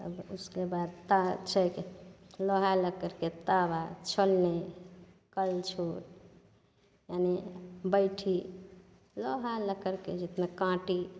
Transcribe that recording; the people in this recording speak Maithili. अब उसके बाद तावा छै लोहा लक्कड़के तावा छोलनी कड़छुल एनि बैठी लोहा लक्कड़के देखिऔ काँटी